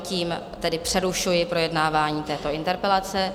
Tímto přerušují projednávání této interpelace.